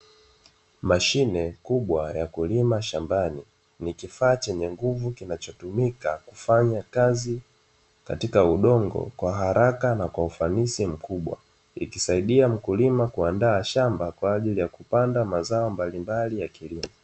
Mashine kubwa ya kulima shambani ni kifaa chenye nguvu kinachotumika kufanya kazi katika udongo kwa haraka na kwa ufanisi mkubwa, ikisaidia mkulima kuandaa shamba kwa ajili ya kupanda mazao mbalimbali ya kilimo.